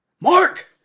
Mark